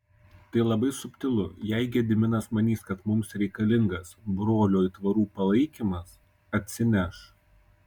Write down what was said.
tai labai subtilu jei gediminas manys kad mums reikalingas brolių aitvarų palaikymas atsineš